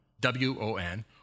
W-O-N